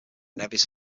nevis